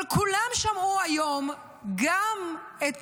אבל כולם שמעו היום גם את